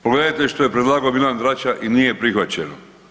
Pogledajte što je predlagao Milan Drača i nije prihvaćeno.